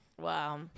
Wow